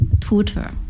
tutor